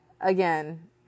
again